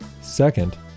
Second